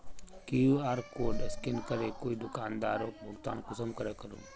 QR code scan करे कोई दुकानदारोक भुगतान कुंसम करे करूम?